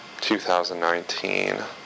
2019